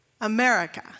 America